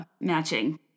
matching